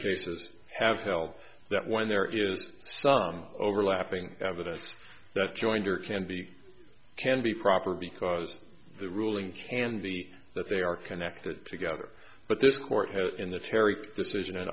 cases have held that when there is sun overlapping evidence that jointer can be can be proper because the ruling can be that they are connected together but this court has in the terri decision a